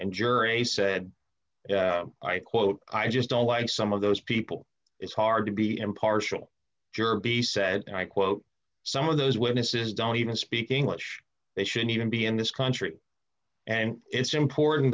and jury said i quote i just don't like some of those people it's hard to be impartial juror b said and i quote some of those witnesses don't even speak english they shouldn't even be in this country and it's important